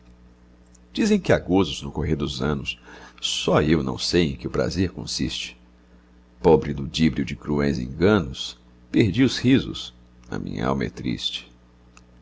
dizem que há gozos no correr dos anos só eu não sei em que o prazer consiste pobre ludíbrio de cruéis enganos perdi os risos a minhalma é triste